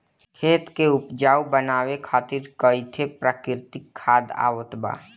खेत के उपजाऊ बनावे खातिर कई ठे प्राकृतिक खाद आवत बा